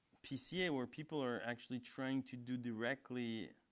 pca where people are actually trying to do directly